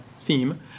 theme